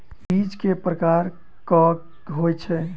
बीज केँ प्रकार कऽ होइ छै?